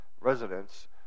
residents